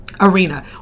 arena